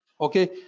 okay